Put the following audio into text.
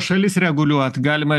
šalis reguliuot galima